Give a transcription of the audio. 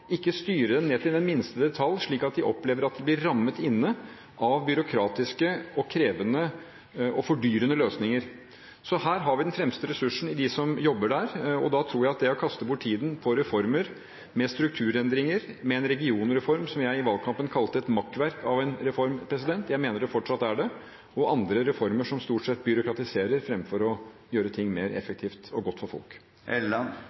ikke styre dem ned til minste detalj, slik at de opplever at de blir rammet inne av byråkratiske, krevende og fordyrende løsninger. Vi har den fremste ressursen i dem som jobber der, og da tror jeg at det er å kaste bort tiden med reformer for strukturendringer, med en regionreform som jeg i valgkampen kalte et makkverk av en reform – jeg mener det fortsatt er det – og med andre reformer som stort sett byråkratiserer framfor å gjøre ting mer